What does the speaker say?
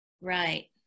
Right